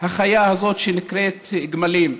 החיה הזאת שנקראת גמלים.